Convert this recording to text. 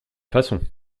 façon